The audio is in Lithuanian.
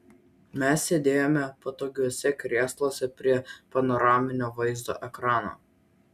mes sėdėjome patogiuose krėsluose prie panoraminio vaizdo ekrano